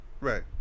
Right